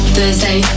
Thursday